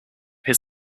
his